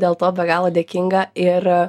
dėl to be galo dėkinga ir